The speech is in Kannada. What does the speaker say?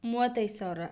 ಮೂವತ್ತೈದು ಸಾವಿರ